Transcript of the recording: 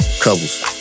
couples